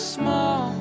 small